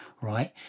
right